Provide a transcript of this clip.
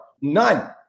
None